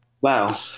Wow